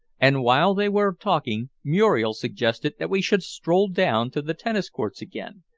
and while they were talking muriel suggested that we should stroll down to the tennis-courts again,